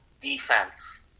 defense